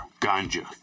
ganja